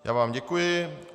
Já vám děkuji.